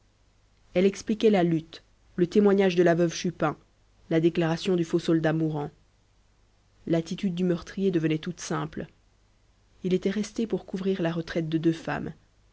elle expliquait la lutte le témoignage de la veuve chupin la déclaration du faux soldat mourant l'attitude du meurtrier devenait toute simple il était resté pour couvrir la retraite de deux femmes